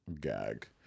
Gag